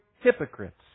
hypocrites